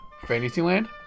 Fantasyland